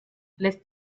lässt